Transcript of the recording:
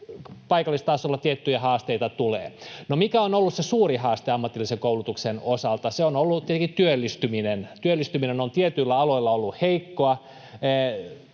paikallistasolla tiettyjä haasteita tulee. No, mikä on ollut se suuri haaste ammatillisen koulutuksen osalta? Se on ollut tietenkin työllistyminen. Työllistyminen on tietyillä aloilla ollut heikkoa.